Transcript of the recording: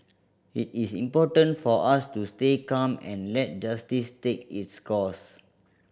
it is important for us to stay calm and let justice take its course